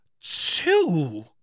two